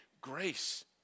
grace